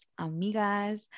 amigas